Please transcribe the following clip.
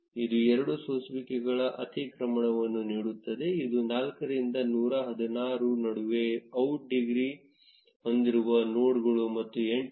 ಇದು ಎರಡು ಸೋಸುವಿಕೆಗಳ ಅತಿಕ್ರಮಣವನ್ನು ನೀಡುತ್ತದೆ ಇದು 4 ರಿಂದ 116 ರ ನಡುವೆ ಔಟ್ ಡಿಗ್ರಿ ಹೊಂದಿರುವ ನೋಡ್ಗಳು ಮತ್ತು 8 ರಿಂದ 4